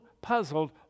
puzzled